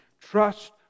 Trust